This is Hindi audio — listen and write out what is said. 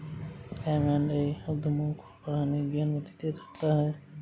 एम एण्ड ए उद्यमों को बढ़ाने की अनुमति दे सकता है